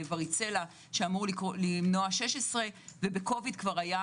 לווריצלה שאמור למנוע 16 וב-COVID כבר היו